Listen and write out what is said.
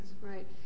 right